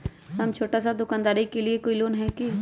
हम छोटा सा दुकानदारी के लिए कोई लोन है कि?